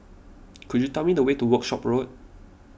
could you tell me the way to Workshop Road